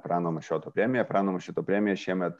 prano mašioto premija prano mašioto premija šiemet